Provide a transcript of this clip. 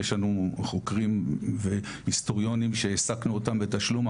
יש לנו חוקרים והיסטוריונים שהעסקנו אותם בתשלום,